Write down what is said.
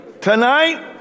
Tonight